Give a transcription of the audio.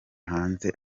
hanze